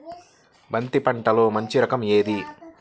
బంతి పంటలో మంచి రకం ఏది?